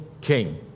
king